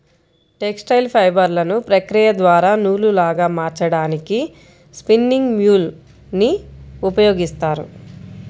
textile ఫైబర్లను ప్రక్రియ ద్వారా నూలులాగా మార్చడానికి స్పిన్నింగ్ మ్యూల్ ని ఉపయోగిస్తారు